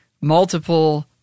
multiple